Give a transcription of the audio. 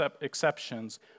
exceptions